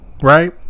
right